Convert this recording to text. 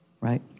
right